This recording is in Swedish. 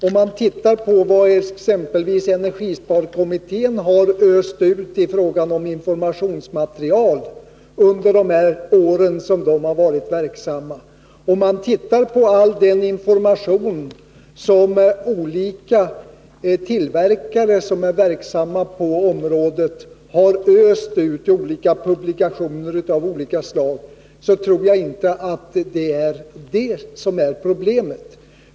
Om man tittar på vad exempelvis energisparkommittén öste ut i fråga om informationsmaterial under de år den var verksam och om man tittar på all den information som olika tillverkare på området har öst ut i form av olika publikationer, tror jag att man skall finna att det inte är det som är problemet.